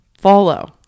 follow